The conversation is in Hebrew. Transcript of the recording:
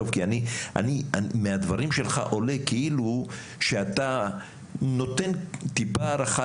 מהדברים שלך עולה שאתה נותן טיפה הארכה